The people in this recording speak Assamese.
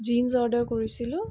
জিনচ অৰ্ডাৰ কৰিছিলোঁ